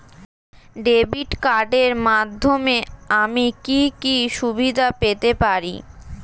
Debit কার্ডের মাধ্যমে আমি কি কি সুবিধা পেতে পারি?